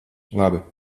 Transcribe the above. labi